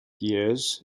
years